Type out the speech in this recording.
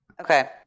Okay